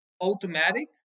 automatic